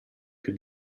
più